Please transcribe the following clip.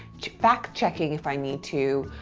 fact checking if i need to,